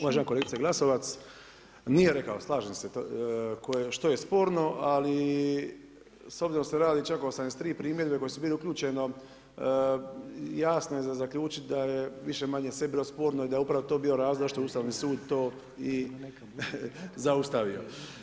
Uvažena kolegice Glasova, nije rekao slažem se što je sporno, ali s obzirom da se radi čak o 83 primjedbe koje su bile uključene, jasno je za zaključiti da je više-manje sve bilo sporno i da je to upravo bio razlog što je Ustavni sud to i zaustavio.